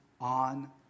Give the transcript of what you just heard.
on